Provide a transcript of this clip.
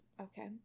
Okay